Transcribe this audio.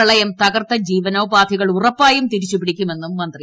പ്രളയ്ക് തകർത്ത ജീവനോപാധികൾ ഉറപ്പായും തിരിച്ചു പിടിക്കുമെന്നും മന്ത്രി